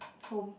home